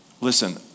listen